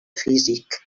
físic